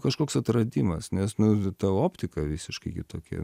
kažkoks atradimas nes nu ta optika visiškai kitokia